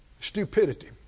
stupidity